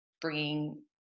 bringing